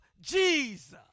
Jesus